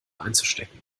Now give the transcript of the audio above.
einzustecken